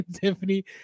Tiffany